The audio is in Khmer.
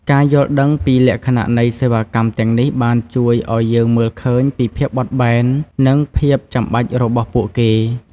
ការយល់ដឹងពីលក្ខណៈនៃសេវាកម្មទាំងនេះបានជួយឱ្យយើងមើលឃើញពីភាពបត់បែននិងភាពចាំបាច់របស់ពួកគេ។